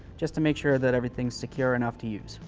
just to make sure that everything's secure enough to use.